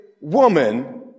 woman